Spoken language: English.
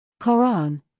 Quran